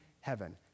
heaven